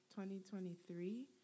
2023